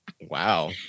Wow